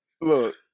look